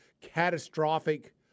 catastrophic